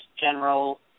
General